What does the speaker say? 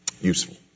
useful